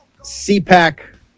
CPAC